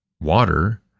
water